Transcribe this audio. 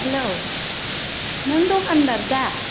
hello नों दखान्दार दा